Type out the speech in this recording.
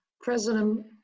President